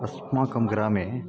अस्माकं ग्रामे